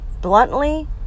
Bluntly